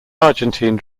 argentine